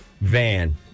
Van